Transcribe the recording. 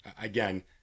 again